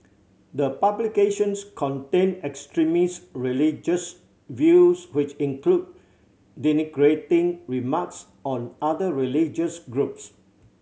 the publications contain extremist religious views which include denigrating remarks on other religious groups